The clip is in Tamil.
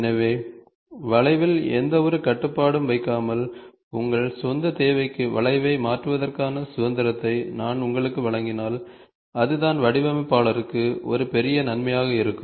எனவே வளைவில் எந்தவொரு கட்டுப்பாடும் வைக்காமல் உங்கள் சொந்த தேவைக்கு வளைவை மாற்றுவதற்கான சுதந்திரத்தை நான் உங்களுக்கு வழங்கினால் அதுதான் வடிவமைப்பாளருக்கு ஒரு பெரிய நன்மையாக இருக்கும்